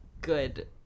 good